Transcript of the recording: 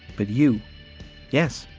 but you yes,